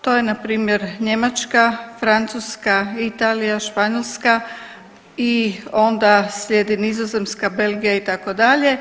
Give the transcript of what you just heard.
To je na primjer Njemačka, Francuska, Italija, Španjolska i onda slijedi Nizozemska, Belgija itd.